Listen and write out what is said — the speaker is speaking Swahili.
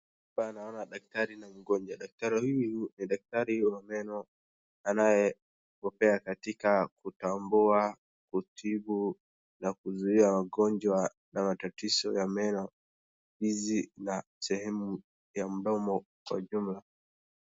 Hapa naona daktari na mgonjwa. Daktari huyu ni daktari wa meno anayebombea katika kutambua, kutibu na kuzuia magonjwa na matatizo ya meno hizi na sehemu ya mdomo kwa jumla.